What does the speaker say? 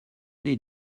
did